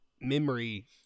memory